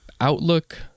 Outlook